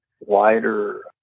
wider